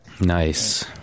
Nice